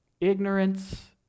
ignorance